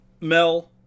Mel